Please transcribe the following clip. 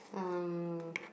um